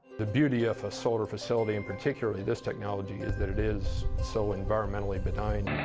the beauty of a solar facility, and particularly this technology, is that it is so environmentally benign.